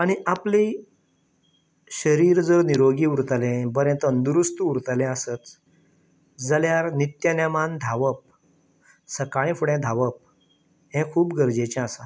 आनी आपलें शरीर जर निरोगी उरतलें बरें तंदुरूस्त उरतलें आसत जाल्यार नित्यनेमान धांवप सकाळीं फुडें धांवप हें खूब गरजेचें आसा